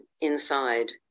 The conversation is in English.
inside